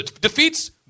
defeats